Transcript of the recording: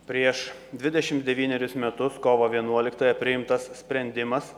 prieš dvidešim devynerius metus kovo vienuoliktąją priimtas sprendimas